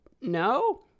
No